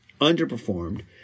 underperformed